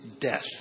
death